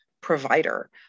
provider